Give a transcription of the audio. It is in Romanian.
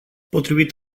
potrivit